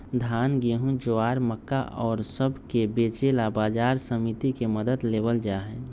धान, गेहूं, ज्वार, मक्का और सब के बेचे ला बाजार समिति के मदद लेवल जाहई